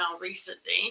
recently